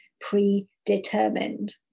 predetermined